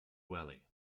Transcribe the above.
valley